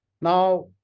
Now